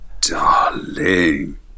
darling